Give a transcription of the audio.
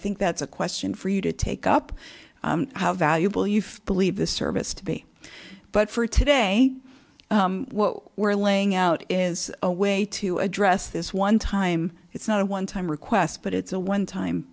think that's a question for you to take up how valuable you've believe this service to be but for today what we're laying out is a way to address this one time it's not a one time request but it's a one time